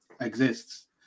exists